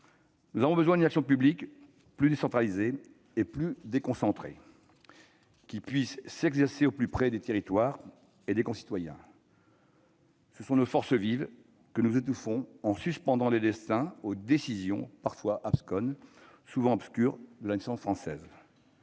Nous avons besoin d'une action publique plus décentralisée et plus déconcentrée, s'exerçant au plus près de nos territoires et de nos concitoyens. Ce sont nos forces vives que nous étouffons en suspendant les destins aux décisions, parfois absconses, souvent obscures, de l'administration française.